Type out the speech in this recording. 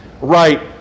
right